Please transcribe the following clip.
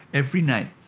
every night,